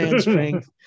strength